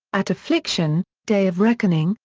at affliction day of reckoning,